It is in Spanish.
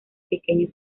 pequeños